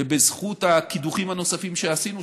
ובזכות הקידוחים הנוספים שעשינו,